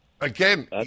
again